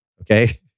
okay